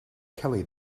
kelly